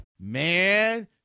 Man